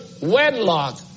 wedlock